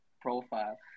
profile